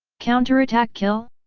counterattack kill?